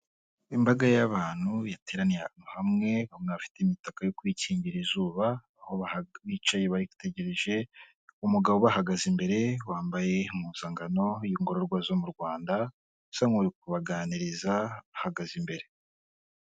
Imbaga y'abantu yateraniye ahantu hamwe, bamwe bafite imitako yo kwikingira izuba, aho bicaye bategereje umugabo ubahagaze imbere wambaye impuzankano y'ingororwa zo mu Rwanda usa nk'uri kubaganiriza ahagaze imbere.